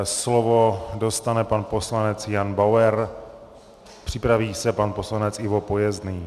Slovo dostane pan poslanec Jan Bauer, připraví se pan poslanec Ivo Pojezdný.